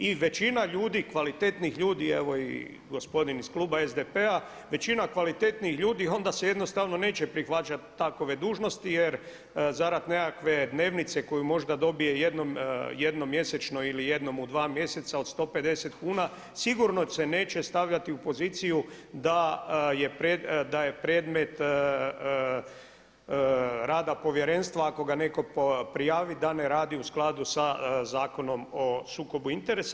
I većina ljudi, kvalitetnih ljudi, evo i gospodin iz kluba SDP-a, većina kvalitetnih ljudi onda se jednostavno neće prihvaćati takve dužnosti jer zarad nekakve dnevnice koju možda dobije jednom mjesečno ili jednom u dva mjeseca od 150 kuna sigurno se neće stavljati u poziciju da je predmet rada Povjerenstva ako ga netko prijavi da ne radi u skladu sa Zakonom o sukobu interesa.